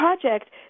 project